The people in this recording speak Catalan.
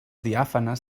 diàfanes